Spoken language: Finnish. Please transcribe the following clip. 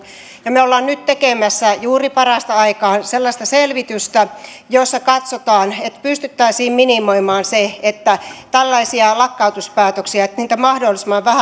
ja me olemme nyt tekemässä juuri parasta aikaa sellaista selvitystä jossa katsotaan että pystyttäisiin minimoimaan niin että tällaisia lakkautuspäätöksiä mahdollisimman vähän